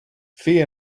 fee